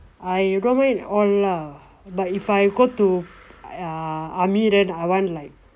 I don't mind all lah but if I go to err army then I want like